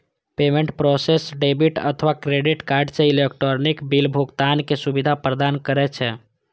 payment processor debit अथवा credit card सं electronic bill भुगतानक सुविधा प्रदान करै छै